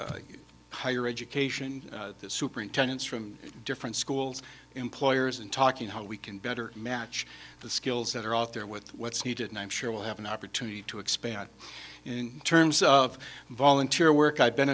of higher education superintendents from different schools employers and talking how we can better match the skills that are out there with what's needed and i'm sure will have an opportunity to expand in terms of volunteer work i've been